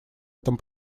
этом